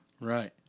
Right